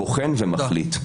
בוחן את זה ומחליט.